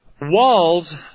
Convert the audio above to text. Walls